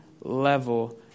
level